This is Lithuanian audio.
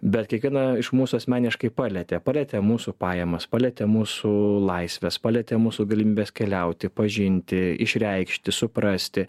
bet kiekvieną iš mūsų asmeniškai palietė palietė mūsų pajamas palietė mūsų laisves palietė mūsų galimybes keliauti pažinti išreikšti suprasti